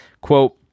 Quote